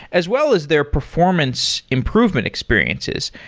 as well as their performance improvement experiences.